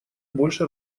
больше